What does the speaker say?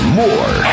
more